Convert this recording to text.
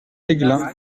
aiglun